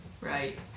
Right